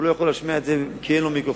הוא לא יכול להשמיע את זה כי אין לו מיקרופון.